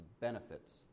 benefits